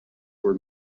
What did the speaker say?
were